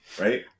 right